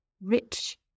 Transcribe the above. rich